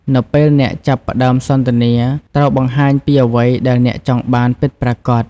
នៅពេលអ្នកចាប់ផ្ដើមសន្ទនា ត្រូវបង្ហាញពីអ្វីដែលអ្នកចង់បានពិតប្រាកដ។